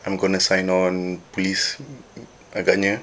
I'm going to sign on police agaknya